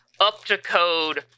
up-to-code